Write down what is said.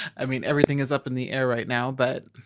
i mean, everything is up in the air right now. but,